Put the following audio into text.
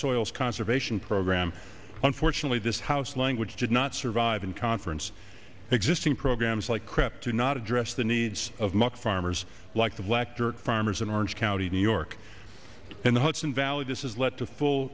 soils conservation program unfortunately this house language did not survive in conference existing programs like krypto not address the needs of muck farmers like the black dirt farmers in orange county new york and the hudson valley this is led to full